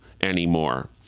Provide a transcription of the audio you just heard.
anymore